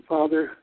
Father